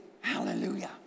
Hallelujah